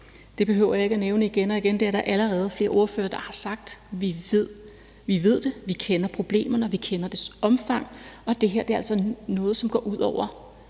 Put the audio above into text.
Det behøver jeg ikke at nævne igen og igen; det er der allerede flere ordførere der har sagt. Vi ved det, vi kender problemerne, og vi kender deres omfang. Det her er altså noget, som går ud over